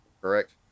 correct